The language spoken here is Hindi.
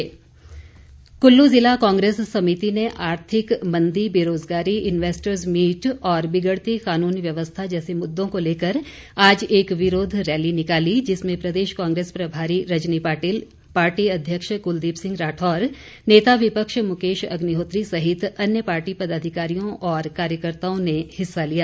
विरोध रैली कल्लू जिला कांग्रेस समिति ने आर्थिक मंदी बेरोजगारी इन्वेस्टर्स मीट और बिगड़ती कानून व्यवस्था जैसे मुद्दों को लेकर आज एक विरोध रैली निकाली जिसमें प्रदेश कांग्रेस प्रभारी रजनी पाटिल पार्टी अध्यक्ष कुलदीप सिंह राठौर नेता विपक्ष मुकेश अग्निहोत्री सहित अन्य पार्टी पदाधिकारियों और कार्यकर्ताओं ने हिस्सा लिया